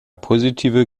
positive